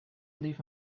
leave